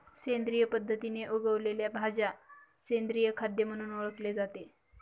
सेंद्रिय पद्धतीने उगवलेल्या भाज्या सेंद्रिय खाद्य म्हणून ओळखले जाते